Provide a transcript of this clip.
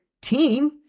team